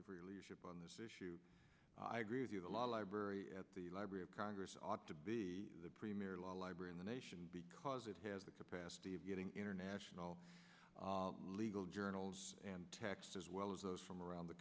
you for your leadership on this issue i agree with you the law library at the library of congress ought to be the premier law library in the nation because it has the capacity of getting international legal journals as well as those from around the